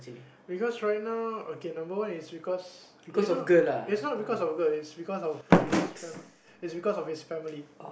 because right now okay number one is because you know it's not because of girl it's because of his fami~ it's because of his family